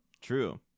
True